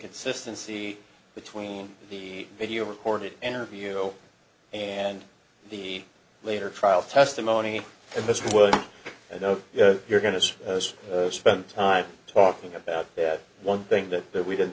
consistency between the video recorded interview and the later trial testimony and this was i know you're going to spend time talking about that one thing that that we didn't